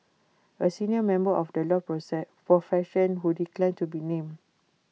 A senior member of the law profession who declined to be named